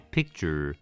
Picture